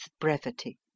brevity